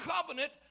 covenant